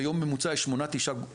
ביום ממוצע יש 8 או 9 גופות,